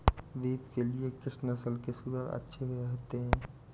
Beef के लिए किस नस्ल के सूअर अच्छे रहते हैं?